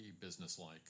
businesslike